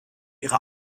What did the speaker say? ihre